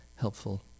helpful